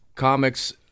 comics